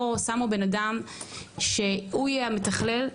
לא שמו בן אדם שהוא יהיה המתכלל,